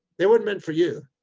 they weren't meant for you.